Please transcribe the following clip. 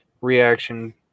reaction